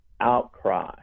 outcry